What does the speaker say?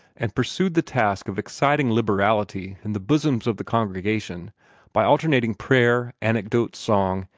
and pursued the task of exciting liberality in the bosoms of the congregation by alternating prayer, anecdote, song,